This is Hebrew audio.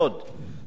זאת אומרת,